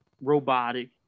robotic